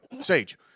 Sage